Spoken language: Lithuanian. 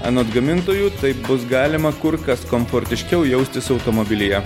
anot gamintojų taip bus galima kur kas komfortiškiau jaustis automobilyje